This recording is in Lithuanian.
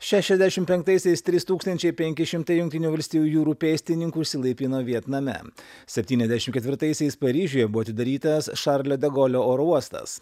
šešiasdešimt penktaisiais trys tūkstančiai penki šimtai jungtinių valstijų jūrų pėstininkų išsilaipino vietname septyniasdešimt ketvirtaisiais paryžiuje buvo atidarytas šarlio de golio oro uostas